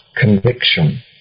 conviction